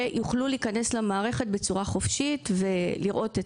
ויוכלו להכנס למערכת בצורה חופשית ולראות את